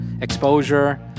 exposure